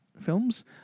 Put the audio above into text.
Films